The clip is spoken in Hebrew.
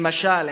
למשל,